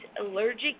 allergic